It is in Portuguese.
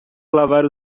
lavar